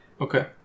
Okay